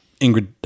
Ingrid